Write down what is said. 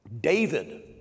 David